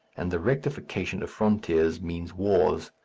and the rectification of frontiers means wars.